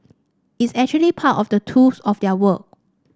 it's actually part of the tools of their work